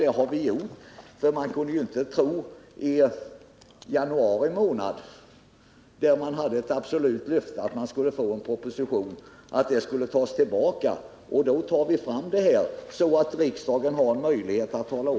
Det har vi gjort, för man kunde inte i januari månad, då vi hade ett absolut löfte om en proposition, tro att det löftet skulle tas tillbaka.